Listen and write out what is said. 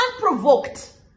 unprovoked